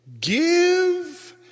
give